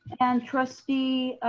and trustee